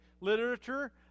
literature